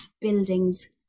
buildings